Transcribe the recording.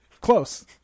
Close